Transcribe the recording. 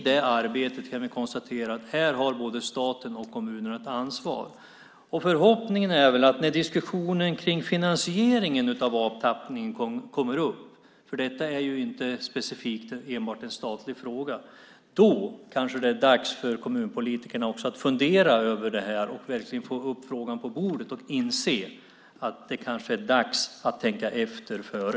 Vi kan konstatera att både staten och kommunerna har ett ansvar i det arbetet. Förhoppningen är att när diskussionen om finansieringen av avtappningen kommer upp - detta är ju inte enbart en statlig fråga - kanske det är dags också för kommunpolitikerna att fundera över frågan och verkligen få upp den på bordet och inse att det kanske är dags att tänka efter före.